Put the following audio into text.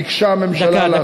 ביקשה הממשלה להסמיך,